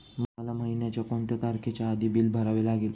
मला महिन्याचा कोणत्या तारखेच्या आधी बिल भरावे लागेल?